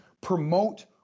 promote